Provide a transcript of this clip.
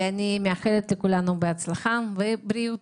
אני מאחלת לכולנו בהצלחה ובריאות.